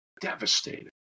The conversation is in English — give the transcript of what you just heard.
Devastated